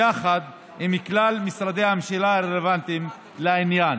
יחד עם כלל משרדי הממשלה הרלוונטיים לעניין.